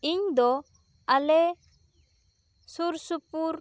ᱤᱧ ᱫᱚ ᱟᱞᱮ ᱥᱩᱨ ᱥᱩᱯᱩᱨ